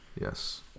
Yes